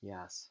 Yes